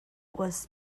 was